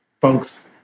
folks